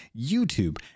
youtube